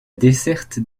desserte